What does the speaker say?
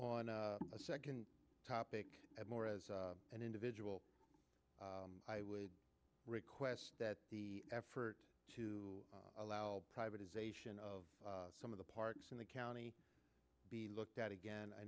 on a second topic and more as an individual i would request that the effort to allow privatization of some of the parks in the county be looked at again i